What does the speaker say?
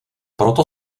proto